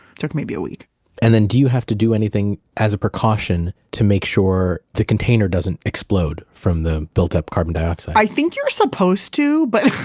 took maybe a week and do you have to do anything as a precaution to make sure the container doesn't explode from the built up carbon dioxide? i think you're supposed to, but.